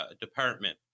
department